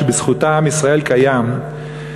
שבזכותה עם ישראל קיים,